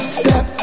step